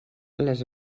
les